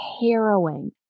harrowing